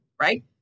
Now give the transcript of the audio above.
right